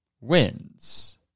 wins